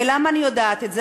ולמה אני יודעת את זה?